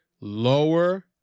Lower